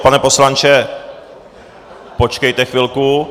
Pane poslanče, počkejte chvilku.